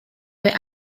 where